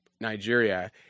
Nigeria